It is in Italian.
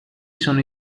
sono